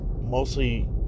mostly